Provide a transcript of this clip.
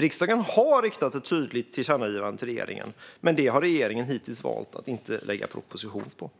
Riksdagen har riktat ett tydligt tillkännagivande till regeringen, men det har regeringen hittills valt att inte lägga proposition på.